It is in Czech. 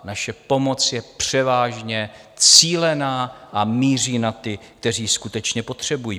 Naše pomoc je převážně cílená a míří na ty, kteří ji skutečně potřebují.